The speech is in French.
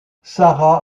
sara